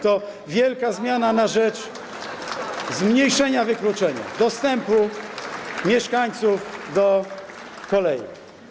To wielka zmiana na rzecz zmniejszenia wykluczenia dostępu mieszkańców do kolei.